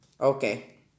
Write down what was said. Okay